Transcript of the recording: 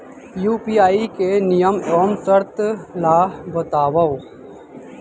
UPI के नियम एवं शर्त ला बतावव